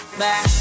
back